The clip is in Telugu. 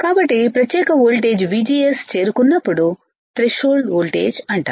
కాబట్టి ప్రత్యేక వోల్టేజ్ VGSచేరుకున్నప్పుడు థ్రెషోల్డ్ వోల్టేజ్ అంటాం